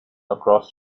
across